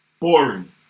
boring